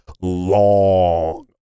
long